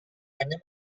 anem